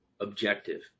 objective